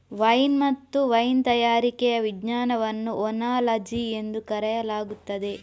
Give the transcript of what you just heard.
wine ಮತ್ತು wine ತಯಾರಿಕೆಯ ವಿಜ್ಞಾನವನ್ನು ಓನಾಲಜಿ ಎಂದು ಕರೆಯಲಾಗುತ್ತದೆ